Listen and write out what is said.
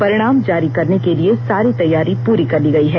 परिणाम जारी करने के लिये सारी तैयारी पूरी कर ली गयी है